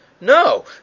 No